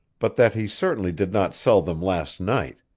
but that he certainly did not sell them last night,